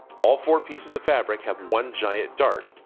all four pieces of fabric have one giant dart.